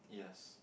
yes